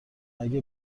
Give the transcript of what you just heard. اگه